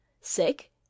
Sick